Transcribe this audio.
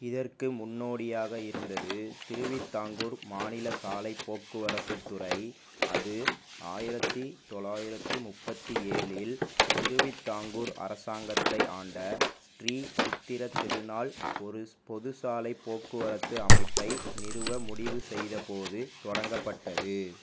இதற்கு முன்னோடியாக இருந்தது திருவிதாங்கூர் மாநில சாலைப் போக்குவரத்துத் துறை அது ஆயிரத்தி தொள் யிரத்து முப்பத்தி ஏழில் திருவிதாங்கூர் அரசாங்கத்தை ஆண்ட ஸ்ரீ சித்திர திருநாள் ஒரு பொது சாலைப் போக்குவரத்து அமைப்பை நிறுவ முடிவுசெய்த போது தொடங்கப்பட்டது